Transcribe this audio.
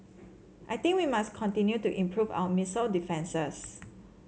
I think we must continue to improve our missile defences